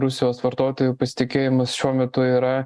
rusijos vartotojų pasitikėjimas šiuo metu yra